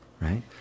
right